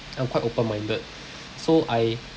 I'm quite open minded so I